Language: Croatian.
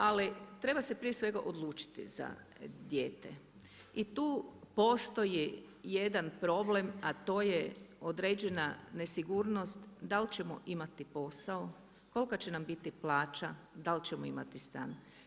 Ali treba se prije svega odlučiti za dijete i tu postoji jedan problem, a to je određena nesigurnost da li ćemo imati posao, kolika će nam biti plaća, da li ćemo imati stan.